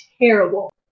terrible